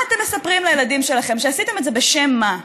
מה אתם מספרים לילדים שלכם, שעשיתם את זה בשם מה?